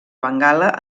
bengala